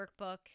workbook